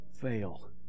fail